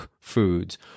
foods